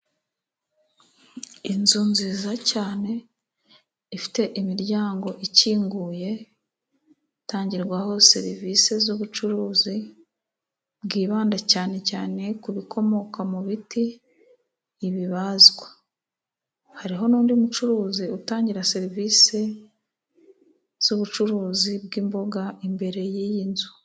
Inzu nziza cyane, ifite imiryango ikinguye, itangirwaho serivisi z'ubucuruzi bwibanda cyane cyane ku bikomoka mu biti bibazwa. Hariho n'undi mucuruzi utangira serivisi zubucuruzi bw'imboga imbere y'iyi nzu.